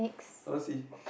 oversea